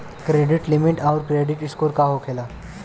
Credit limit आउर credit score का होखेला?